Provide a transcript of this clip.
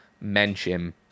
Mention